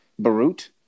Barut